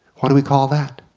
what do we call that?